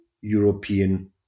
European